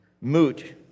moot